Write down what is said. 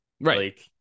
Right